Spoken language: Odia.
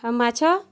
ଆଉ ମାଛ